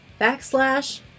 backslash